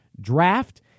draft